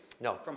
No